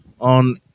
On